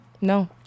No